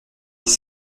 dix